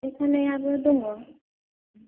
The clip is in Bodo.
फाइखानायाबो दङ